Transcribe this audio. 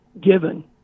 given